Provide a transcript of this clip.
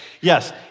Yes